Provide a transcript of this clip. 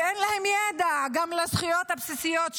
וגם אין להם ידע על הזכויות הבסיסיות שלהם.